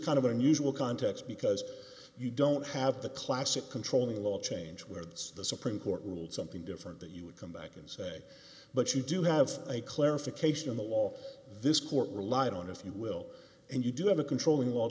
kind of unusual context because you don't have the classic controlling law change where that's the supreme court ruled something different that you would come back and say but you do have a clarification in the law this court relied on if you will and you do have a controlling all